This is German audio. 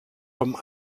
vom